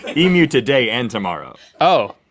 emu today and tomorrow. oh,